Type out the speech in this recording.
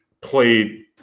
played